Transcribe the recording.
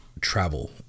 travel